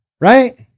right